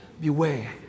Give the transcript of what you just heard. beware